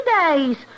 days